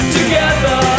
Together